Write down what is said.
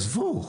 עזבו,